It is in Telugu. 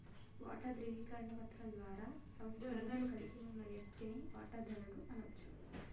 వాటా ధృవీకరణ పత్రం ద్వారా సంస్థను కలిగి ఉన్న వ్యక్తిని వాటాదారుడు అనచ్చు